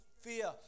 fear